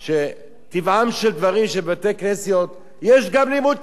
שטבעם של דברים שבבתי-כנסיות יש גם לימוד תורה.